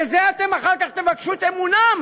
בזה אתם אחר כך תבקשו את אמונם.